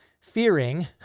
fearing